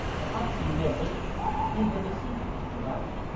perhaps, in mere mischief, he had been deceiving me throughout.